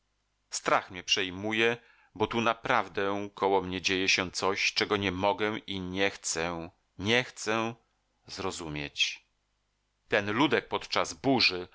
strach mnie przejmuje bo tu naprawdę koło mnie dzieje się coś czego nie mogę i nie chcę nie chcę zrozumieć ten ludek podczas burzy